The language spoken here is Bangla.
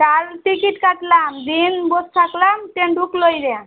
কাল টিকিট কাটলাম দিন বসে থাকলাম ট্রেন ঢুকলই না